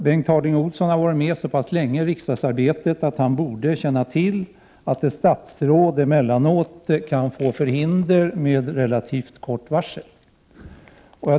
Bengt Harding Olson har varit med så pass länge i riksdagsarbetet, att han borde känna till att ett statsråd emellanåt kan få förhinder med relativt kort varsel.